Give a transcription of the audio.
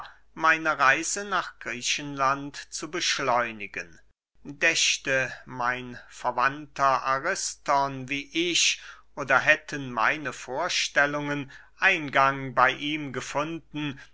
meine reise nach griechenland zu beschleunigen dächte mein verwandter ariston wie ich oder hätten meine vorstellungen eingang bey ihm gefunden